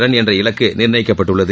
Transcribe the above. run என்ற இலக்கு நிர்ணயிக்கப்பட்டுள்ளது